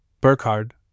Burkhard